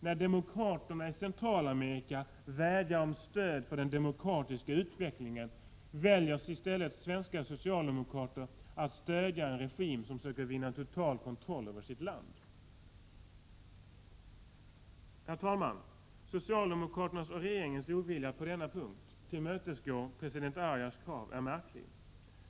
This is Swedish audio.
När demokraterna i Centralamerika vädjar om stöd för den demokratiska utvecklingen, väljer i stället svenska socialdemokrater att stödja en regim som söker vinna total kontroll över sitt land. Herr talman! Socialdemokraternas och regeringens ovilja att på denna punkt tillmötesgå president Arias krav är märklig.